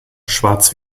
schwarz